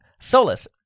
Solus